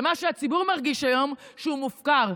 ומה שהציבור מרגיש היום הוא שהוא מופקר,